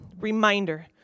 reminder